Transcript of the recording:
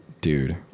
dude